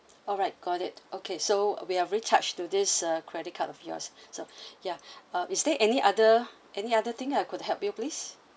alright got it okay so we're already charged to this uh credit card of yours so ya uh is there any other any other thing I could help you please